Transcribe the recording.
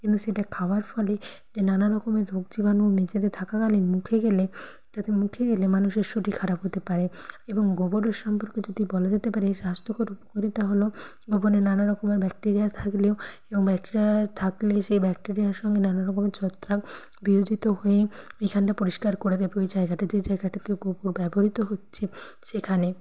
কিন্তু সেটা খাওয়ার ফলে যে নানা রকমের রোগ জীবাণু মেঝেতে থাকাকালীন মুখে গেলে তাদের মুখে গেলে মানুষের শরীর খারাপ হতে পারে এবং গোবরের সম্পর্কে যদি বলা যেতে পারে স্বাস্থ্যকর উপকারিতা হলো গোবরে নানা রকমের ব্যাকটেরিয়া থাকলেও এবং ব্যাকটেরিয়া থাকলে সে ব্যাকটেরিয়ার সঙ্গে নানান রকমের ছত্রাক বিয়োজিত হয়ে ওইখানটা পরিষ্কার করে দেবে ওই জায়গাটা যে জায়গাটাতে গোবর ব্যবহৃত হচ্ছে সেখানে